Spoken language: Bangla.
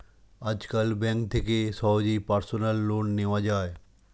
আজকাল ব্যাঙ্ক থেকে সহজেই পার্সোনাল লোন নেওয়া যায়